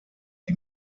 die